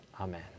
Amen